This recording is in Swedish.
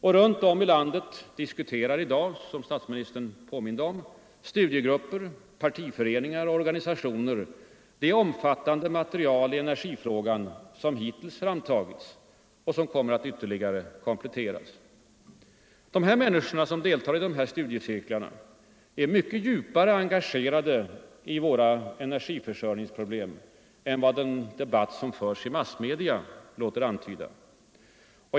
Runt om i landet diskuterar i dag, som statsministern påminde om, studiegrupper, partiföreningar och organisationer det omfattande material i energifrågan som hittills framtagits och som kommer att ytterligare kompletteras. De människor som deltar i dessa studiecirklar är mycket djupare engagerade i våra energiförsörjningsproblem än vad den debatt som förs i massmedia låter antyda.